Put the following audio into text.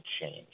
change